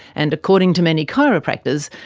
and according to many chiropractors,